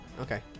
Okay